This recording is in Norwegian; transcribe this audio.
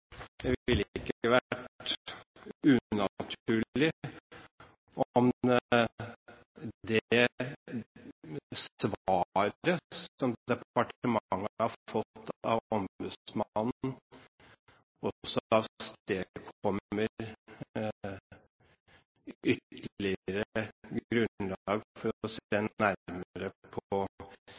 Det ville ikke vært unaturlig om det svaret som departementet har fått av ombudsmannen, også avstedkommer ytterligere grunnlag for å se nærmere på